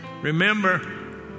Remember